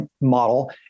model